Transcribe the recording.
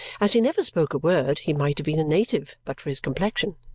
as he never spoke a word, he might have been a native but for his complexion.